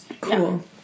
Cool